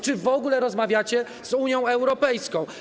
Czy w ogóle rozmawiacie z Unią Europejską?